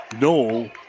no